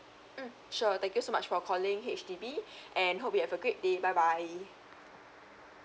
mm sure thank you so much for calling H_D_B and hope you have a great day bye bye